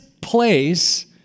place